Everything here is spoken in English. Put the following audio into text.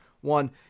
one